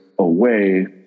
away